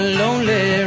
lonely